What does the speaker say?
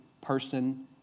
person